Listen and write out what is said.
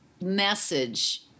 message